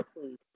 please